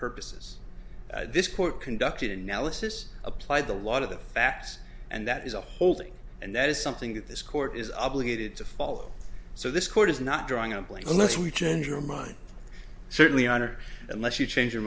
purposes this court conducted an analysis applied the lot of the facts and that is a holding and that is something that this court is obligated to follow so this court is not drawing a blank unless we change our mind certainly honor unless you change your